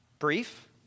brief